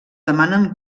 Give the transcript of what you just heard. demanen